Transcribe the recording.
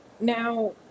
Now